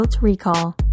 Recall